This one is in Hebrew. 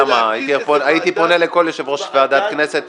הייתי פונה לכל יושב-ראש ועדת כנסת